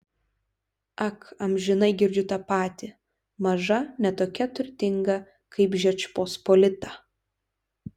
ak amžinai girdžiu tą patį maža ne tokia turtinga kaip žečpospolita